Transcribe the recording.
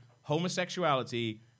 homosexuality